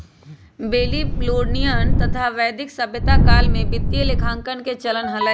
Babylonian तथा वैदिक सभ्यता काल में वित्तीय लेखांकन के चलन हलय